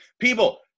People